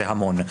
זה המון.